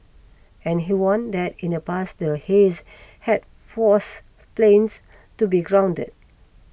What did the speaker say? and he warned that in the past the haze had forced planes to be grounded